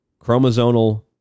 chromosomal